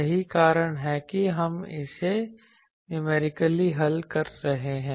यही कारण है कि हम इसे न्यूमेरिकली हल कर रहे हैं